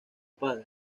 padre